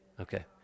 Okay